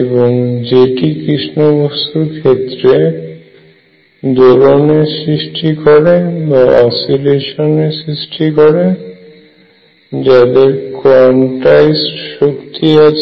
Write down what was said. এবং যেটি কৃষ্ণবস্তুর ক্ষেত্রে দোলন এর সৃষ্টি করে যাদের কোয়ান্টাইজড শক্তি আছে